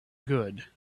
good